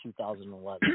2011